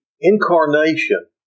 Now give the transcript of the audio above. incarnation